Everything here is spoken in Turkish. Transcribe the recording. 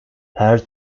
her